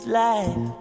life